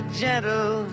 gentle